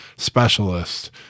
specialist